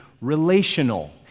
relational